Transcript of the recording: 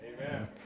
Amen